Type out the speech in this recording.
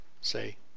say